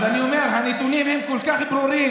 אז אני אומר, הנתונים הם כל כך ברורים.